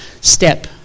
step